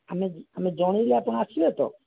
ଆମେ ଆମେ ଜଣାଇଲେ ଆପଣ ଆସିବେ ତ